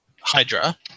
Hydra